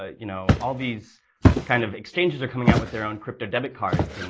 ah you know, all these kind of exchanges are coming out with their own crypto debit cards? and